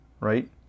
right